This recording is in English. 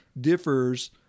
differs